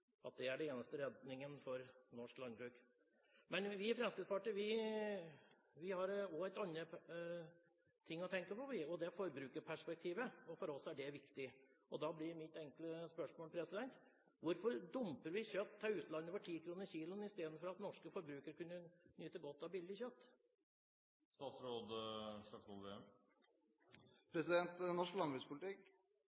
at det er den eneste redningen for norsk landbruk. Vi i Fremskrittspartiet har også en annen ting å tenke på, og det er forbrukerperspektivet. For oss er det viktig. Da blir mitt enkle spørsmål: Hvorfor dumper vi kjøtt til utlandet for 10 kr per kilo istedenfor at norske forbrukere kunne nyte godt av billig